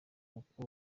kuko